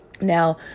Now